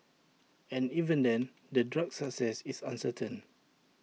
and even then the drug's success is uncertain